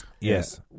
Yes